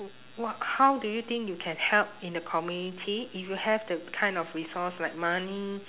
wh~ what how do you think you can help in the community if you have the kind of resource like money